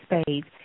spades